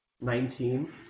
Nineteen